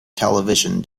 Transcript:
television